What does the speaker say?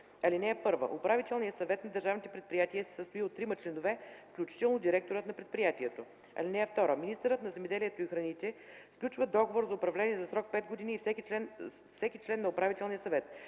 169. (1) Управителният съвет на държавните предприятия се състои от трима членове, включително директорът на предприятието. (2) Министърът на земеделието и храните сключва договор за управление за срок 5 години с всеки член на управителния съвет.